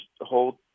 hold